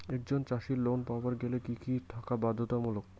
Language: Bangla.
একজন চাষীর লোন পাবার গেলে কি কি থাকা বাধ্যতামূলক?